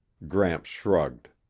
gramps shrugged.